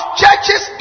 churches